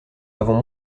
avons